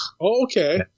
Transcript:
Okay